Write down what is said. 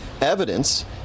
Evidence